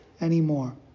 anymore